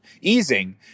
easing